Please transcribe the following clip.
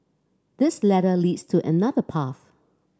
this ladder leads to another path